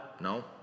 No